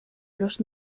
los